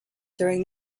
during